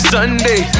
Sunday